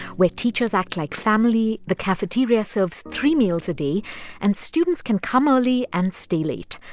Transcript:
where teachers act like family, the cafeteria serves three meals a day and students can come early and stay late.